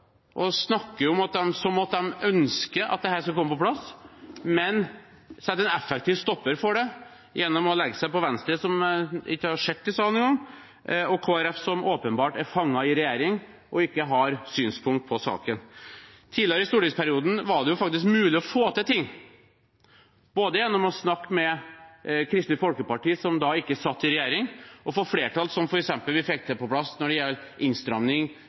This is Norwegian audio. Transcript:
skal komme på plass, men setter en effektiv stopper for det ved å legge seg på Venstre, som jeg ikke har sett i salen engang. Kristelig Folkeparti er åpenbart fanget i regjering og har ikke synspunkt på saken. Tidligere i stortingsperioden var det faktisk mulig å få til ting, både gjennom å snakke med Kristelig Folkeparti, som da ikke satt i regjering, og få flertall, som da vi f.eks. fikk på plass